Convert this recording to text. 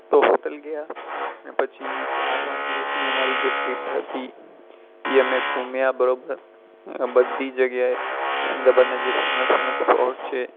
તો હોટૅલ ગયા અને પછી ચાર પાંચ દિવસની અમારી જે ટ્રીપ હતી એ અમે ઘૂમ્યા બરાબર અને બધી જગ્યાએ અહેમદાબાદના જે ફેમસ ફેમસ પોર્ટ છે